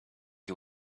you